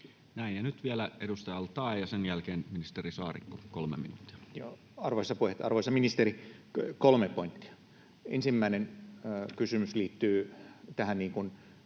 Näin. — Ja nyt vielä edustaja al-Taee ja sen jälkeen ministeri Saarikko, 3 minuuttia. Arvoisa puheenjohtaja! Arvoisa ministeri, kolme pointtia: Ensimmäinen kysymys liittyy